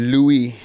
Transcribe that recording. Louis